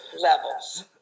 levels